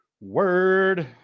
word